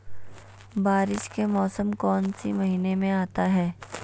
बारिस के मौसम कौन सी महीने में आता है?